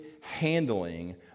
handling